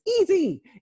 easy